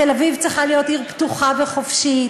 תל-אביב צריכה להיות עיר פתוחה וחופשית,